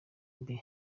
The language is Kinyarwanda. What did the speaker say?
mbi